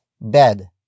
bed